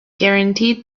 guaranteed